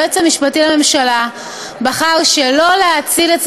היועץ המשפטי לממשלה בחר שלא להאציל את